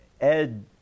Ed